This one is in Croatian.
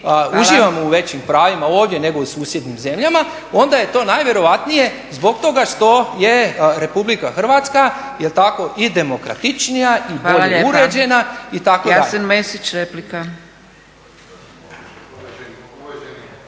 uživamo u većim pravima ovdje nego u susjednim zemljama, onda je to najvjerojatnije zbog toga što je RH i demokratičnija i bolje uređena, itd.